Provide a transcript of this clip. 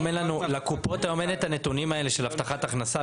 לקופות אין את הנתונים האלה של הבטחת הכנסה.